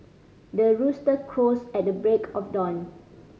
the rooster crows at the break of dawn